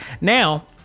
now